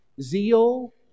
Zeal